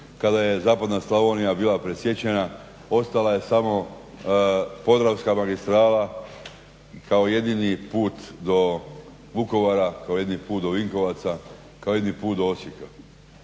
kada je zapadna Slavonija bila presječena ostala je samo Podravska magistrala kao jedini put do Vukovara, kao jedini put do Vinkovaca, kao jedini put do Osijeka.